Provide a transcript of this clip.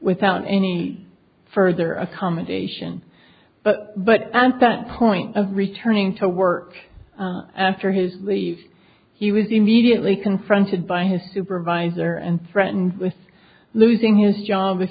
without any further accommodation but and that point of returning to work after his leave he was immediately confronted by his supervisor and threatened with losing his job if